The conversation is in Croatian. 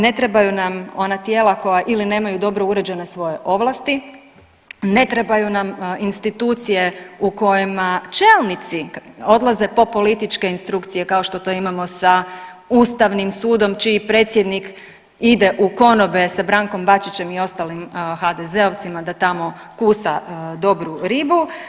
Ne trebaju nam ona tijela koja ili nemaju dobro uređene svoje ovlasti, ne trebaju nam institucije u kojima čelnici odlaze po političke instrukcije kao što to imamo sa Ustavnim sudom čiji predsjednik ide u konobe sa Brankom Bačićem i ostalim HDZ-ovcima da tamo kusa dobru ribu.